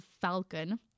Falcon